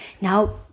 Now